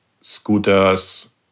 scooters